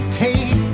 take